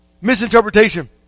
Misinterpretation